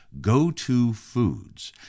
GoToFoods